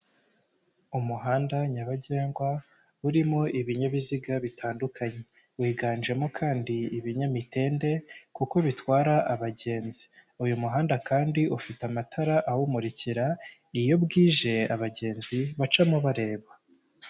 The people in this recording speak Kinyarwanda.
Umuhanda nyabagendwa, urimo ibinyabiziga bitandukanye, wiganjemo kandi ibinyamitende, kuko bitwara abagenzi. Uyu muhanda kandi ufite amatara awumurikira iyo bwije, abagenzi bacamo bareba.